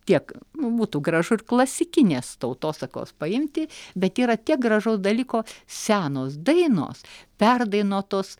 tiek nu būtų gražu ir klasikinės tautosakos paimti bet yra tiek gražaus dalyko senos dainos perdainuotos